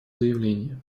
заявление